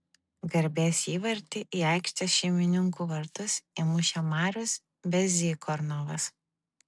garbės įvartį į aikštės šeimininkų vartus įmušė marius bezykornovas